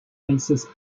faces